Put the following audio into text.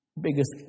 biggest